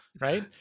right